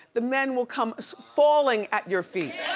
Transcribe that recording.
the men will come falling at your feet.